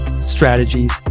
strategies